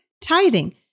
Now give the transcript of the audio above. tithing